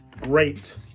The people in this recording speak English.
great